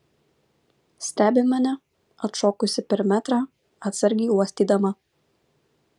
stebi mane atšokusi per metrą atsargiai uostydama